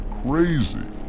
crazy